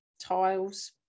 Tiles